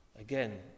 again